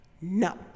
No